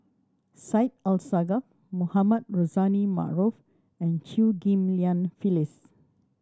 Syed Alsagoff Mohamed Rozani Maarof and Chew Ghim Lian Phyllis